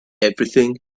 everything